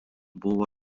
buvo